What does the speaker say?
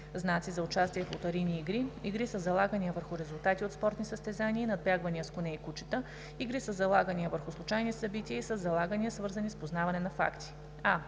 знаци за участие в лотарийни игри, игри със залагания върху резултати от спортни състезания и надбягвания с коне и кучета, игри със залагания върху случайни събития и със залагания, свързани с познаване на факти: